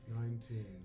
Nineteen